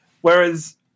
Whereas